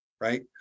right